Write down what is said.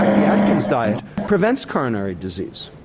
the aitkin's diet prevents coronary disease.